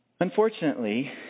Unfortunately